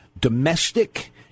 domestic